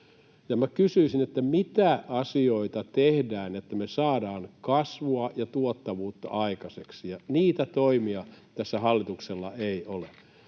kysyisin: mitä asioita tehdään, että me saadaan kasvua ja tuottavuutta aikaiseksi? Niitä toimia tällä hallituksella ei ole.